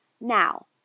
Now